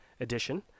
edition